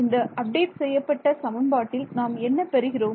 இந்த அப்டேட் செய்யப்பட்ட சமன்பாட்டில் நாம் என்ன பெறுகிறோம்